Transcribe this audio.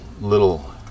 little